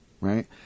right